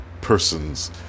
person's